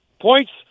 points